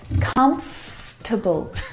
Comfortable